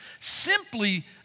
simply